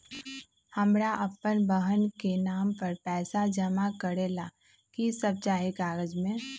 हमरा अपन बहन के नाम पर पैसा जमा करे ला कि सब चाहि कागज मे?